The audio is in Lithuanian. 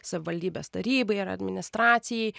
savivaldybės tarybai ar administracijai